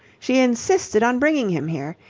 she insisted on bringing him here.